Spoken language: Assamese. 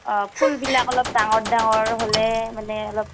অঁ ফুলবিলাক অলপ ডাঙৰ ডাঙৰ হ'লে মানে অলপ